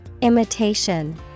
Imitation